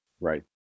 Right